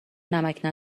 نمکـ